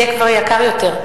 זה יהיה כבר יקר יותר,